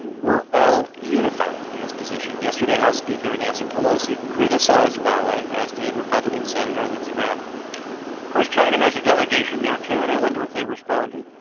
were all unified in this position. yesterday, house speaker nancy pelosi criticized huawei, as did republican senator lindsey graham of course, china has a delegation there, too. and i wonder if they responded